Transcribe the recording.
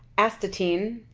astatine,